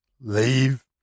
leave